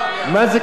מה זה קשור?